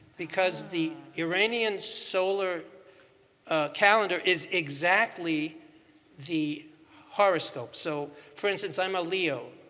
because the iranian solar calendar is exactly the horoscopes. so for instance i'm a leo.